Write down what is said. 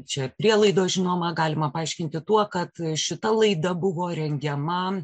čia prielaidos žinoma galima paaiškinti tuo kad šita laida buvo rengiama